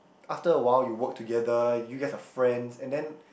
after awhile you work together you guys are friends and then